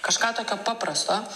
kažką tokio paprasto